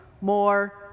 more